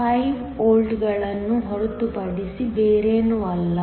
775 ವೋಲ್ಟ್ಗಳನ್ನು ಹೊರತುಪಡಿಸಿ ಬೇರೇನೂ ಅಲ್ಲ